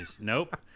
Nope